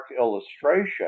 illustration